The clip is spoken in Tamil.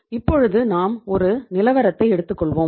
இப்பொழுது நாம் ஒரு நிலவரத்தை எடுத்துக்கொள்வோம்